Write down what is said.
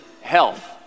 health